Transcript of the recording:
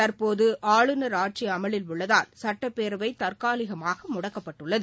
தற்போது ஆளுநர் ஆட்சி அமலில் உள்ளதால் சட்டப்பேரவை தற்காலிகமாக முடக்கப்பட்டுள்ளது